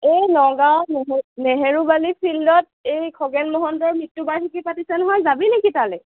এই নগাঁও নহৰু নেহেৰুবালি ফিল্ডত এই খগেন মহন্তৰ মৃত্যু বাৰ্ষিকী পাতিছে নহয় যাবি নেকি তালৈ